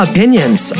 Opinions